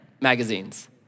magazines